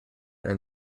and